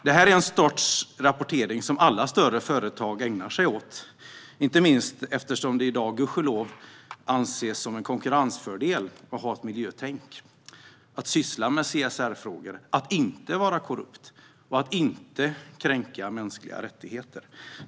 Detta är en sorts rapportering som alla större företag ägnar sig åt, inte minst eftersom det i dag gudskelov anses som en konkurrensfördel att ha ett miljötänk, att syssla med CSR-frågor, att inte vara korrupt och att inte kränka mänskliga rättigheter.